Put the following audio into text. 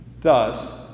Thus